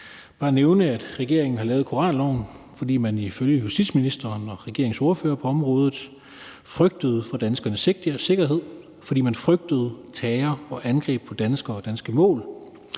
bare nævne, at regeringen har lavet koranloven, fordi man ifølge justitsministeren og regeringens ordførere på området frygtede for danskernes sikkerhed, fordi man frygtede terror og angreb på danskere og danske mål.